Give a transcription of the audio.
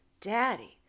Daddy